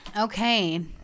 Okay